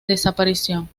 desaparición